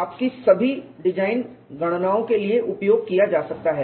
आपकी सभी डिजाइन गणनाओं के लिए उपयोग किया जा सकता है